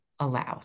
allows